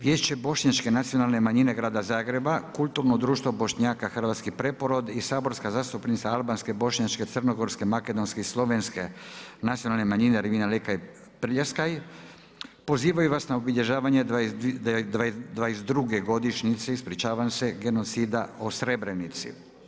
Vijeće Bošnjačke nacionalne manjine grada Zagreba, Kulturno društvo Bošnjaka, Hrvatski preporod i saborska zastupnica albanske, bošnjačke, crnogorske, makedonske i slovenske nacionalne manjine Ermina Lekaj Prljeskaj pozivaju vas na obilježavanje 22. godišnjice genocida o Srebrenici.